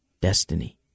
destiny